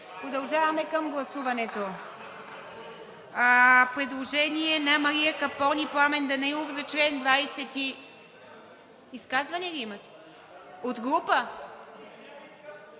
Продължаваме към гласуването. Предложение на Мария Капон и Пламен Данаилов за член... (Шум и реплики.) Изказване ли имате? От група?